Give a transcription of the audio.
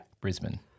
Brisbane